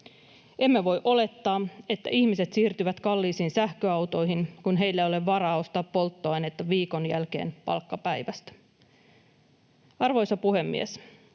Emme voi olettaa, että ihmiset siirtyvät kalliisiin sähköautoihin, kun heillä ei ole varaa ostaa polttoainetta viikon jälkeen palkkapäivästä. Arvoisa puhemies!